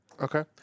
Okay